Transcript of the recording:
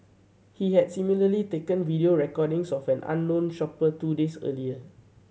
he had similarly taken video recordings of an unknown shopper two days earlier